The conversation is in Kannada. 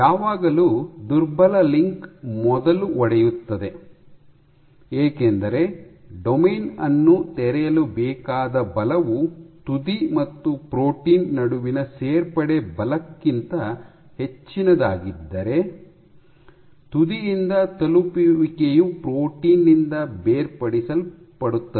ಯಾವಾಗಲೂ ದುರ್ಬಲ ಲಿಂಕ್ ಮೊದಲು ಒಡೆಯುತ್ತದೆ ಏಕೆಂದರೆ ಡೊಮೇನ್ ಅನ್ನು ತೆರೆಯಲು ಬೇಕಾದ ಬಲವು ತುದಿ ಮತ್ತು ಪ್ರೋಟೀನ್ ನಡುವಿನ ಸೇರ್ಪಡೆ ಬಲಕ್ಕಿಂತ ಹೆಚ್ಚಿನದಾಗಿದ್ದರೆ ತುದಿಯಿಂದ ತಲುಪುವಿಕೆಯು ಪ್ರೋಟೀನ್ ನಿಂದ ಬೇರ್ಪಡಿಸಲ್ಪಡುತ್ತದೆ